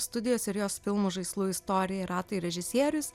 studijos ir jos filmų žaislų istorija ir ratai režisierius